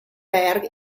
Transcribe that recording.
berg